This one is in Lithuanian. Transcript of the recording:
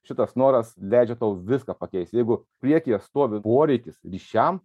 šitas noras leidžia tau viską pakeist jeigu priekyje stovi poreikis ryšiam